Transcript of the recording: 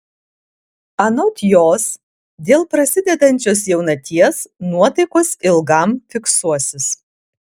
anot jos dėl prasidedančios jaunaties nuotaikos ilgam fiksuosis